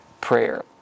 prayer